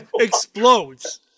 explodes